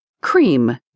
cream